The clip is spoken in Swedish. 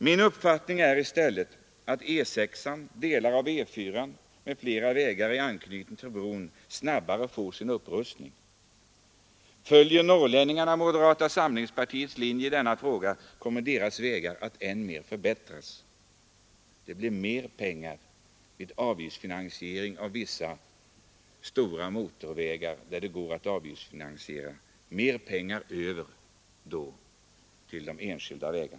Min uppfattning är i stället att E 6, delar av E 4 och andra vägar i anknytning till bron snabbare får sin upprustning. Följer norrlänningarna moderata samlingspartiets linje i denna fråga kommer deras vägar att än mer förbättras. Vid avgiftsfinansiering av vissa stora motorvägar, som går att avgiftsfinansiera, blir det mera pengar över till de enskilda vägarna.